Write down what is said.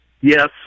yes